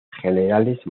generales